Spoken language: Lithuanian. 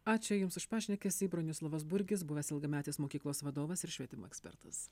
ačiū jums už pašnekesį bronislovas burgis buvęs ilgametis mokyklos vadovas ir švietimo ekspertas